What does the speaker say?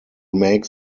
make